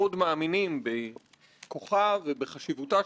ולמנגנון שסיכמנו עליו בוועדה בהקשר הזה.